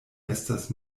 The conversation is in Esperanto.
estas